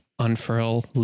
unfurl